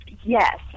Yes